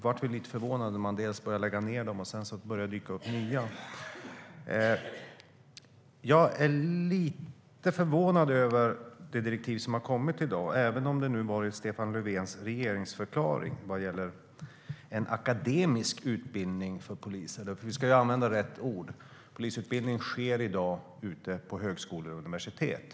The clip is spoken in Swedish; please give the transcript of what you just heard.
Vi blev lite förvånade när man började lägga ned dem och det sedan började dyka upp nya. Jag är lite förvånad över det direktiv som har kommit i dag vad gäller en akademisk utbildning för polisen, även om det fanns i Stefan Löfvens regeringsförklaring. Vi ska använda rätt ord. Polisutbildning sker i dag ute på högskolor och universitet.